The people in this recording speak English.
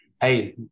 Hey